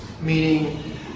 meaning